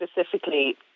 specifically